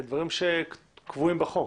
אלה דברים שקבועים בחוק.